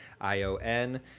I-O-N